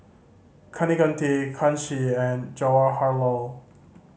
Kaneganti Kanshi and Jawaharlal